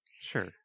Sure